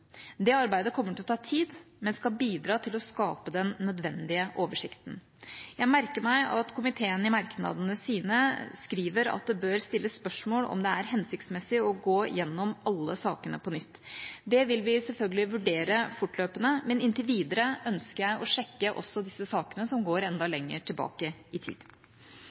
Det arbeidet kommer til å ta tid, men skal bidra til å skape den nødvendige oversikten. Jeg merker meg at komiteen i merknadene sine skriver at det bør stilles spørsmål ved om det er hensiktsmessig å gå gjennom alle sakene på nytt. Det vil vi selvfølgelig vurdere fortløpende, men inntil videre ønsker jeg å sjekke også disse sakene, som går enda lenger tilbake i tid.